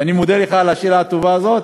ואני מודה לך על השאלה הטובה הזאת,